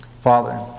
Father